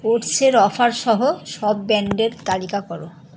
ওটসের offer সহ সব ব্র্যান্ডের তালিকা কর